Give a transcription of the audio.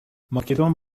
makedon